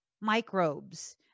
microbes